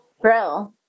Bro